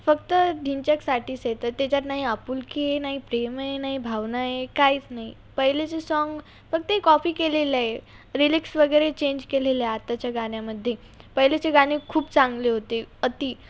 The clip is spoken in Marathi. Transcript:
फक्त ढिंच्याकसाठीच आहेत तर त्याच्यात नाही आपुलकीही नाही प्रेमही नाही भावना आहे काहीच नाही पहिलेचे सॉन्ग पण ते कॉपी केलेलं आहे रीलिक्स वगैरे चेंज केलेल्या आत्ताच्या गाण्यामध्ये पहिलेचे गाणी खूप चांगले होते अती